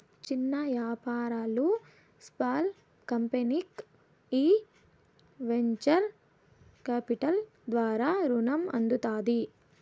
చిన్న యాపారాలు, స్పాల్ కంపెనీల్కి ఈ వెంచర్ కాపిటల్ ద్వారా రునం అందుతాది